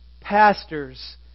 pastors